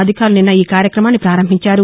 అధికారులు నిన్న ఈ కార్యక్రమాన్ని పారంభించారు